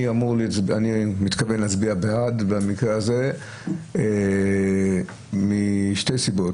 אני מתכוון להצביע בעד במקרה הזה משתי סיבות.